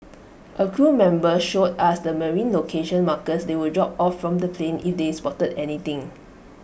A crew member showed us the marine location markers they would drop from the plane if they spotted anything